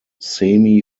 semi